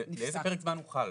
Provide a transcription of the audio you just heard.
לאיזה פרק זמן הוא חל,